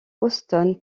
houston